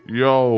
yo